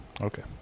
Okay